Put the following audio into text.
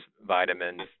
vitamins